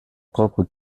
propre